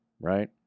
right